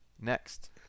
Next